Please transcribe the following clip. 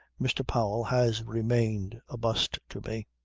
mr. powell has remained a bust to me.